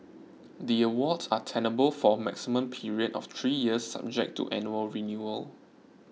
the awards are tenable for a maximum period of three years subject to annual renewal